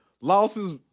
losses